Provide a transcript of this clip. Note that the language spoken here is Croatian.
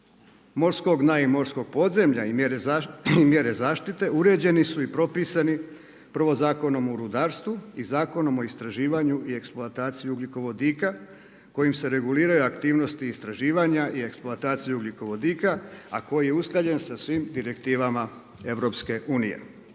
morskog dna i morskog podzemlja i mjere zaštite uređeni su i propisani prvo Zakonom o rudarstvu i Zakonom o istraživanju i eksploataciji ugljikovodika kojim se reguliraju aktivnosti i istraživanja i eksploataciji ugljikovodika, a koji je usklađen sa svim direktivama EU.